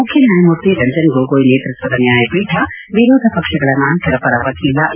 ಮುಖ್ಯನಾಯಮೂರ್ತಿ ರಂಜನ್ ಗೊಗೊಯ್ ನೇತೃತ್ವದ ನ್ಯಾಯಪೀಠ ವಿರೋಧ ಪಕ್ಷಗಳ ನಾಯಕರ ಪರ ವಕೀಲ ಎ